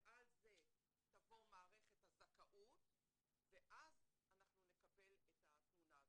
ועל זה תבוא מערכת הזכאות ואז אנחנו נקבל את התמונה.